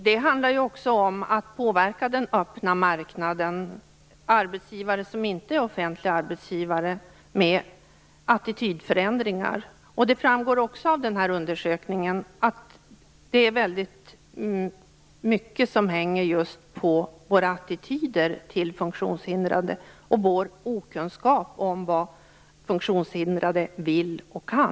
Det handlar också om att påverka den öppna marknaden, dvs. arbetsgivare som inte är offentliga arbetsgivare, för att åstadkomma attitydförändringar. Det framgår också av denna undersökning att det är mycket som hänger just på våra attityder till funktionshindrade och vår okunskap om vad funktionshindrade vill och kan.